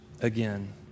again